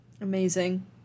Amazing